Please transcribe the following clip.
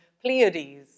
Pleiades